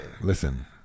listen